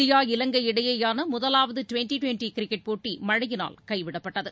India இலங்கை இடையேயான முதலாவது ட்வென்டி ட்வென்டி கிரிக்கெட் போட்டி மழையினால் கைவிடப்பட்டது